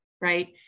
right